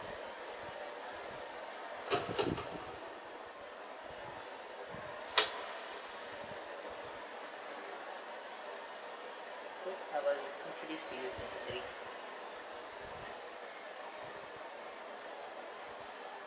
orh I will introduce to you if necessary